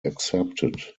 accepted